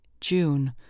June